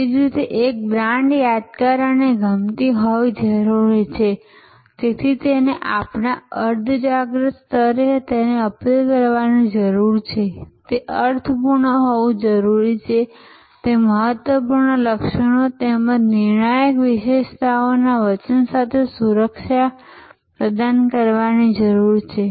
તે જ રીતે એક બ્રાન્ડ યાદગાર અને ગમતી હોવી જરૂરી છે તેથી તેને આપણા અર્ધજાગ્રત સ્તરે અમને અપીલ કરવાની જરૂર છે તે અર્થપૂર્ણ હોવું જરૂરી છે તે મહત્વપૂર્ણ લક્ષણો તેમજ નિર્ણાયક વિશેષતાઓના વચન સાથે સુરક્ષા પ્રદાન કરવાની જરૂર છે